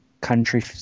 country